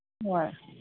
ꯍꯣꯏ